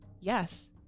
yes